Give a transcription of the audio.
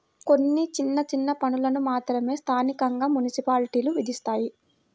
కొన్ని చిన్న చిన్న పన్నులను మాత్రమే స్థానికంగా మున్సిపాలిటీలు విధిస్తాయి